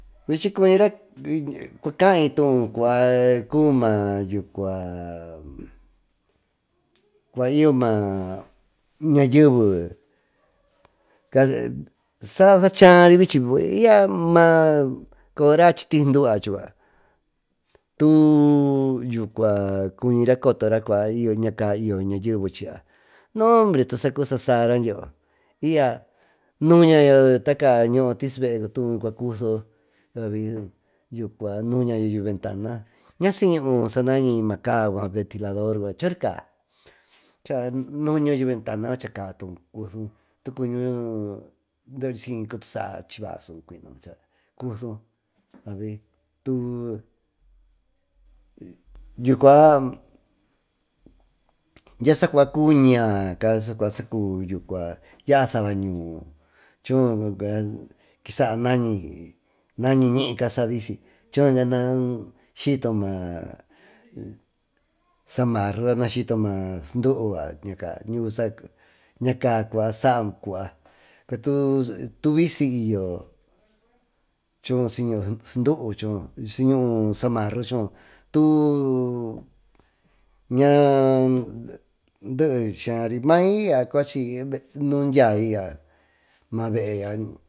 Vichi cuñira can cuando maa yucua y yo maa ñayeve sa sachary, vichy y ya maa coyo raa chi tasy duuva chucua tu cuñira cotora ñaca y yo ñayeve chy y yo nombre tusa cubi sasaara y ya nuñayo tacaa ñooyotisy bee cutuu cua cusuyo nuuñayo, ventana naa si y ñuu maa kaa ventilador yucua chorica cha nuñayo ventana cha kabatubo kusoo tu kuño deery siy cutusaa chiva su kusu yucua dya saacua ñaaca sacua yaa saba ñuu choho kisaa nañica savisy choho naa syita samaru oso duu ñacaa saa cuaa tubisiyyo siñuu sanduu o samaru may nuu dyny y ya.